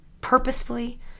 purposefully